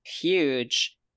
huge